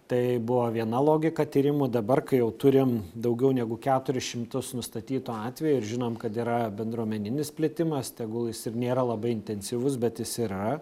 tai buvo viena logika tyrimų dabar kai jau turim daugiau negu keturis šimtus nustatytų atvejų ir žinom kad yra bendruomeninis plitimas tegul jis ir nėra labai intensyvus bet jis yra